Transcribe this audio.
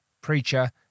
preacher